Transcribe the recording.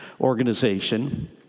organization